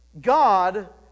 God